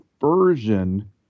version